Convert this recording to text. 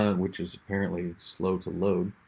ah which is apparently slow to load.